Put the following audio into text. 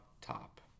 top